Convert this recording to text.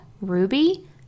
ruby